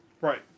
right